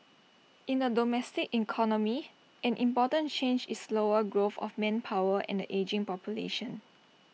in the domestic economy an important change is slower growth of manpower and the ageing population